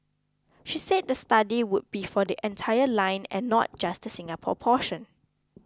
she said the study would be for the entire line and not just the Singapore portion